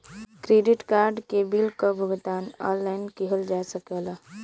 credit card के bill क भुगतान ऑनलाइन किहल जा सकला